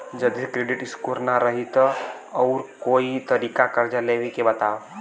जदि credit score ना रही त आऊर कोई तरीका कर्जा लेवे के बताव?